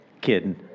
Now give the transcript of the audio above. Kidding